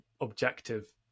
objective